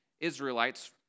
Israelites